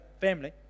family